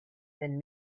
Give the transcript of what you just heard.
than